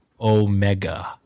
omega